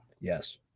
Yes